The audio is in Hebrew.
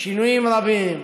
שינויים רבים.